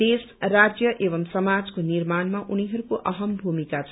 देश राजय एवं समाजको निर्माणमा उनीहरूको अहम भूमिका छ